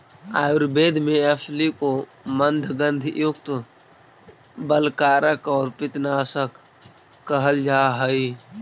आयुर्वेद में अलसी को मन्दगंधयुक्त, बलकारक और पित्तनाशक कहल जा हई